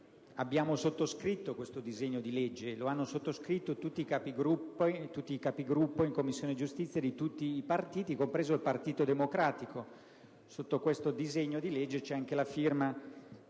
abbiamo sottoscritto il disegno di legge (lo hanno sottoscritto i Capigruppo in Commissione giustizia di tutti i Gruppi, compreso quello del Partito Democratico: sotto questo disegno di legge c'è anche la firma